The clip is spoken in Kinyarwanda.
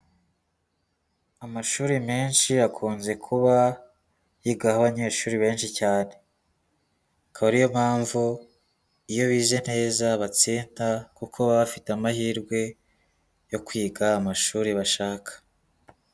Amashuri menshi akunze kuba yigaho abanyeshuri benshi cyane, akaba ariyo mpamvu iyo bize neza batsinda kuko baba bafite amahirwe yo kwiga amashuri bashaka.